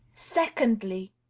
secondly.